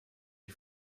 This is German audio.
ich